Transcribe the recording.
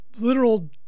literal